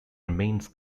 remains